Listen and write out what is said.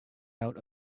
out